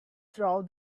throw